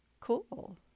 cool